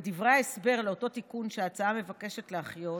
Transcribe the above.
בדברי ההסבר לאותו תיקון שההצעה מבקשת להחיות,